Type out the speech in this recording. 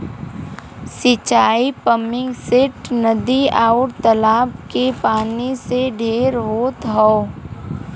सिंचाई पम्पिंगसेट, नदी, आउर तालाब क पानी से ढेर होत हौ